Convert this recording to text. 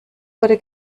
wurde